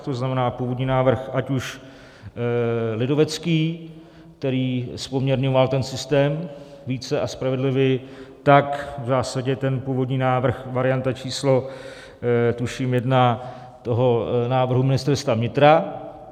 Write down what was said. To znamená původní návrh ať už lidovecký, který zpoměrňoval ten systém více a spravedlivěji, tak v zásadě ten původní návrh varianta číslo, tuším, jedna toho návrhu Ministerstva vnitra.